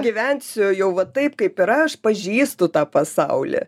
gyvensiu jau va taip kaip ir aš pažįstu tą pasaulį